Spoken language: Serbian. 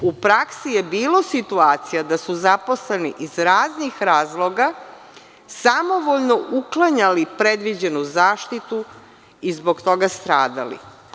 U praksi je bilo situacija da su zaposleni ih raznih razloga samovoljno uklanjali predviđenu zaštitu i zbog toga stradali.